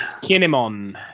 Kinemon